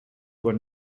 were